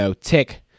tick